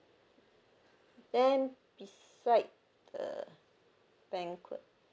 then beside the banquet